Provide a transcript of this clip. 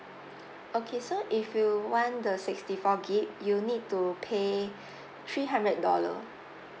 okay so if you want the sixty four gig you need to pay three hundred dollar